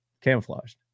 camouflaged